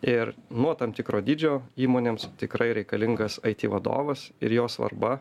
ir nuo tam tikro dydžio įmonėms tikrai reikalingas aiti vadovas ir jo svarba